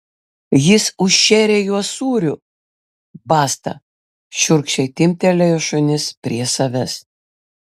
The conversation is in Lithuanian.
jis užšėrė juos sūriu basta šiurkščiai timptelėjo šunis prie savęs